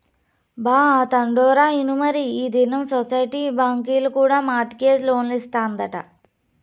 బా, ఆ తండోరా ఇనుమరీ ఈ దినం సొసైటీ బాంకీల కూడా మార్ట్ గేజ్ లోన్లిస్తాదంట